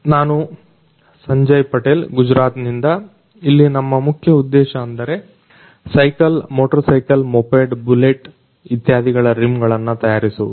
ನಾನು ಸಂಜಯ್ ಪಟೇಲ್ ಗುಜರಾತ್ ನಿಂದ ಇಲ್ಲಿ ನಮ್ಮ ಮುಖ್ಯ ಉದ್ದೇಶ ಅಂದರೆ cycle motorcycle moped bullet ಇತ್ಯಾದಿಗಳ ರಿಮ್ ಗಳನ್ನು ತಯಾರಿಸುವುದು